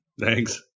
Thanks